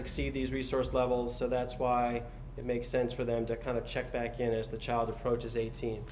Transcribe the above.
exceed these resource levels so that's why it makes sense for them to kind of check back in as the child approaches eighteen